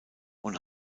und